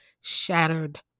shattered